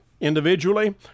individually